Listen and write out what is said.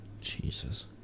Jesus